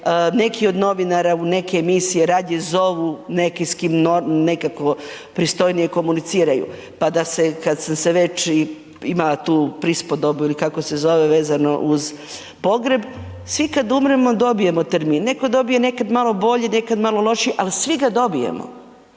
neki od novinara u neke emisije radije zovu, neke s kim nekako pristojnije komuniciraju, pa da kada sam već imala tu prispodobu ili kako se zove vezano uz pogreb, svi kad umremo dobijemo termin. Neko dobije nekad malo bolji nekad malo lošiji, ali svi ga dobijemo.